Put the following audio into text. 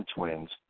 Twins